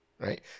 right